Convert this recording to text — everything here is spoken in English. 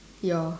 your